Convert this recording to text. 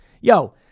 Yo